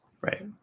right